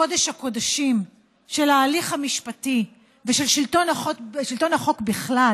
קודש הקודשים של ההליך המשפטי ושל שלטון החוק בכלל